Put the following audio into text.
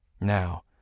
Now